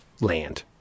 land